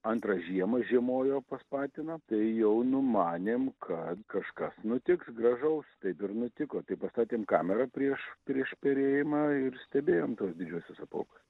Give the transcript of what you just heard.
antrą žiemą žiemojo pas patiną tai jau numanėm kad kažkas nutiks gražaus taip ir nutiko tai pastatėm kamerą prieš prieš perėjimą ir stebėjom tuos didžiuosius apuokus